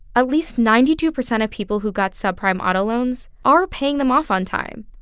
ah least ninety two percent of people who got subprime auto loans are paying them off on time,